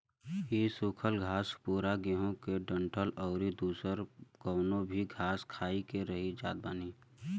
इ सुखल घास पुअरा गेंहू के डंठल अउरी दुसर कवनो भी घास खाई के रही जात बानी